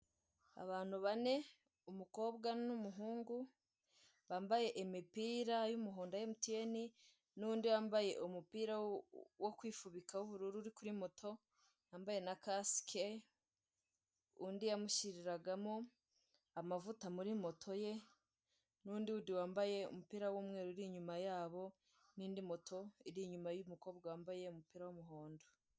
Abantu bane umukobwa n'umuhungu bambaye imipira y'umuhondo ya MTN, n'undi wambaye umupira wo kwifubika w'ubururu uri kuri moto wambaye na kasike, undi yamushyiriragamo amavuta muri moto ye n'undi wundi wambaye umupira w'umweru uri inyuma yabo, n'indi moto iri inyuma y'umukobwa wambaye umupira w'umuhondo.